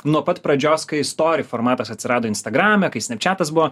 nuo pat pradžios kai stori formatas atsirado instagrame kai snapčiatas buvo